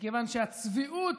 מכיוון שהצביעות